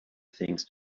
things